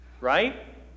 right